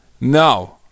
No